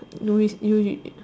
we is you is is